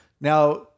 Now